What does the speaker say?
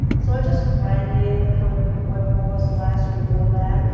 so, i just friendly put one forward slash before that.